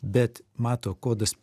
bet mato kodas